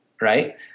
right